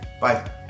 Bye